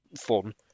fun